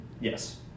Yes